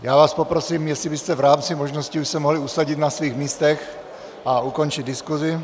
Já vás poprosím, jestli byste se už v rámci možnosti mohli usadit na svých místech a ukončit diskusi.